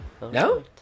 No